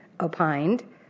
opined